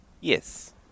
Yes